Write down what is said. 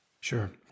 Sure